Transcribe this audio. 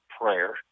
prayer